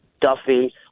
Duffy